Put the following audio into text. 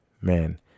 man